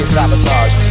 Sabotage